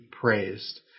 praised